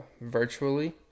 virtually